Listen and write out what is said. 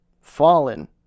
Fallen